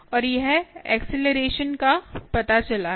और यह एक्सेलरेशन का पता चला है